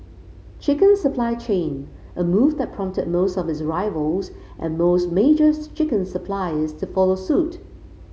chicken supply chain a move that prompted most of its rivals and most major chicken suppliers to follow suit